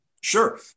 Sure